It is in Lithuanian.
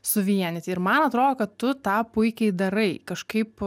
suvienyti ir man atrodo kad tu tą puikiai darai kažkaip